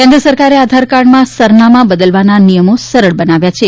કેન્દ્ર સરકારે આધારકાર્ડમાં સરનામા બદલવાના નિયમો સરળ બનાવ્યા છે